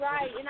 Right